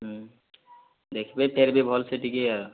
ହୁଁ ଦେଖ୍ବେ ଫିର୍ଭି ଭଲ୍ସେ ଟିକେ